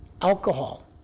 alcohol